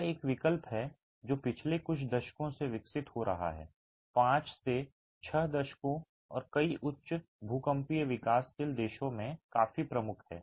यह एक विकल्प है जो पिछले कुछ दशकों से विकसित हो रहा है 5 से 6 दशकों और कई उच्च भूकंपीय विकासशील देशों में काफी प्रमुख है